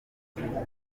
igeragezwa